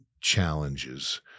challenges